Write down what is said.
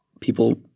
people